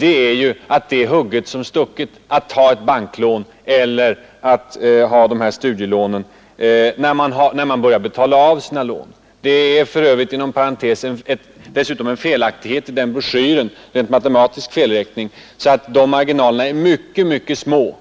är ju att det är hugget som stucket att ta ett banklån eller att ha de här studielånen, när man börjar betala av sina lån. Det finns för övrigt inom parentes sagt en matematisk felräkning i den broschyren, så att de marginalerna i själva verket är mycket mycket små.